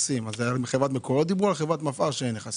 דיברו על חברת מפא"ר או על חברת מקורות?